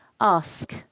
Ask